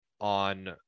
on